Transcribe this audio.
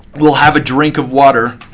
we'll have a drink of water.